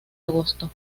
agosto